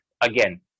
again